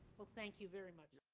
well, thank you very much.